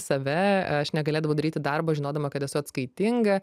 save aš negalėdavau daryti darbo žinodama kad esu atskaitinga